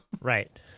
Right